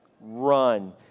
Run